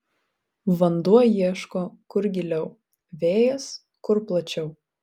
vanduo ieško kur giliau vėjas kur plačiau